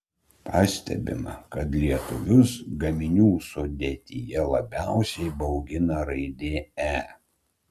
pastebima kad lietuvius gaminių sudėtyje labiausiai baugina raidė e